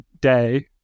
day